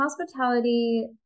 hospitality